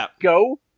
go